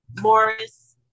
Morris